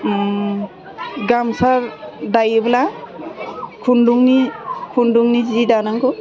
गामसा दायोब्ला खुन्दुंनि खुन्दुंनि जि दानांगौ